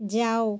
ଯାଅ